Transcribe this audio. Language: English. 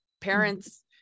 parents